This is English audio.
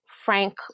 Frank